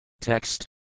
Text